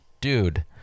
dude